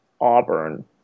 Auburn